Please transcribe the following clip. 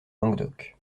languedoc